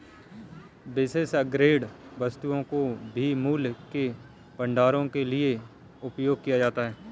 विशेष संग्रहणीय वस्तुओं को भी मूल्य के भंडारण के लिए उपयोग किया जाता है